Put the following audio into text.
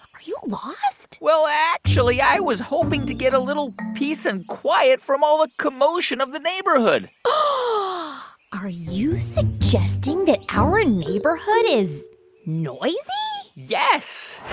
are you lost? well, actually, i was hoping to get a little peace and quiet from all the commotion of the neighborhood are you suggesting that our neighborhood is noisy? yes